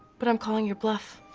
but i'm calling your bluff.